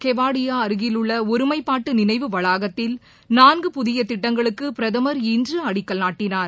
கெவாடியா அருகில் உள்ள ஒருமைப்பாட்டு நினைவு வளாகத்தில் நான்கு புதிய திட்டங்களுக்கு பிரதமர் இன்று அடிக்கல் நாட்டினார்